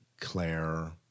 Claire